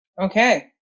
Okay